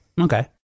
Okay